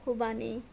خوبانی